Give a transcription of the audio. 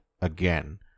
again